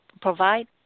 provide